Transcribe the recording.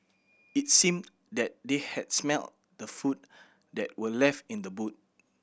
it seemed that they had smelt the food that were left in the boot